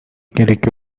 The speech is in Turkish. gerek